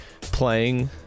playing